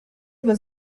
was